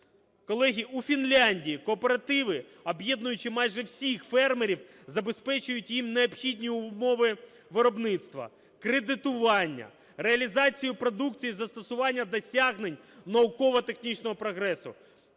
Колеги, у Фінляндії кооперативи, об'єднуючи майже всіх фермерів, забезпечують їм необхідні умови виробництва: кредитування, реалізацію продукції, застосування досягнень в науково-технічному прогресі.